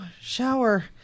shower